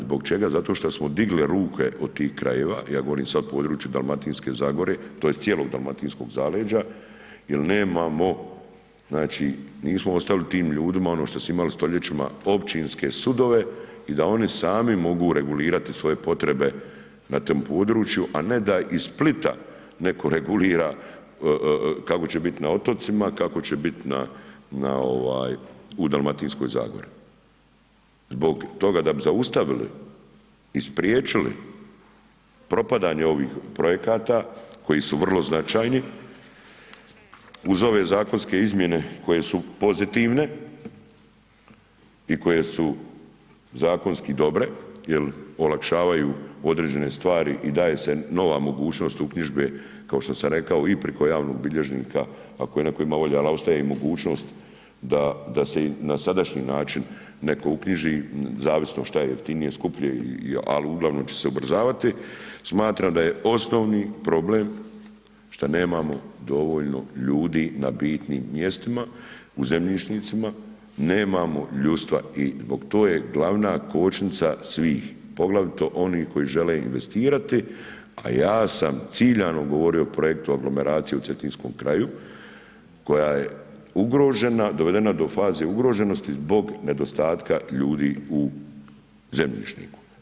Zbog čega, zato što smo digli ruke od tih krajeva, ja govorim sad o području Dalmatinske zagore tj. cijelog dalmatinskog zaleđa jer nemamo, znači nismo ostavili tim ljudima ono što smo ostavili tim ljudima ono što su imali stoljećima, općinske sudove i da oni sami mogu regulirati svoje potrebe na tom području a ne da iz Splita neko regulira kako će biti na otocima, kako će biti u Dalmatinskoj zagori zbog toga da bi zaustavili i spriječili propadanje ovih projekata koji su vrlo značajni uz ove zakonske izmjene koje su pozitivne i koje su zakonski dobre jer olakšavaju određene stvari i daje se nova mogućnost uknjižbe kao što sam rekao i preko javnog bilježnika ako je netko imao volje ali ostaje mogućnost da se i na sadašnji način netko uknjiži, zavisno šta je jeftinije, skuplje ali uglavnom će se ubrzavati, smatram da je osnovi problem šta nemamo dovoljno ljudi na bitnim mjestima, u zemljišnicima, nemamo ljudstva i to je glavna kočnica svih, poglavito onih koji žele investirati a ja sam ciljano govorio o projektu aglomeracije u cetinskom kraju koja je ugrožena, dovedena do faze ugroženosti zbog nedostatka ljudi u zemljišniku.